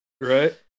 Right